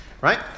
Right